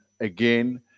again